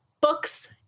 books